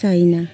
China